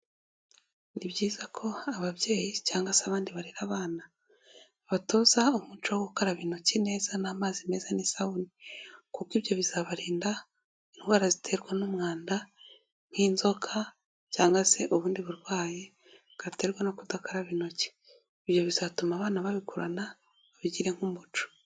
Ni byiza ko ababyeyi cyangwa se abandi barera abana, babatoza umuco wo gukaraba intoki neza n'amazi meza n'isabune kuko ibyo bizabarinda indwara ziterwa n'umwanda nk'inzoka cyangwa se ubundi burwayi bwaterwa no kudakaraba intoki, ibyo bizatuma abana babikurana babigire nk'umuco.